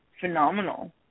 phenomenal